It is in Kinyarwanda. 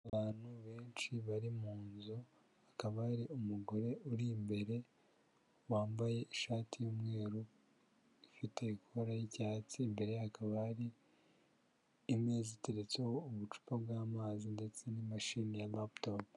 Abantu benshi bari mu nzu, hakaba ari umugore uri imbere wambaye ishati y'umweru ifite ikora y'icyatsi, imbere ye hakaba hari imeza iteretseho ubucupa bw'amazi ndetse n'imashini ya laptop.